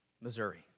Missouri